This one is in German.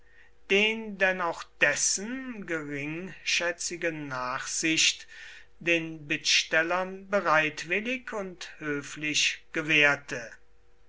den denn auch dessen geringschätzige nachsicht den bittstellern bereitwillig und höflich gewährte